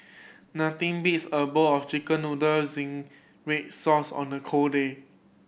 nothing beats a bowl of Chicken Noodle zingy red sauce on a cold day